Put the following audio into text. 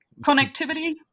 connectivity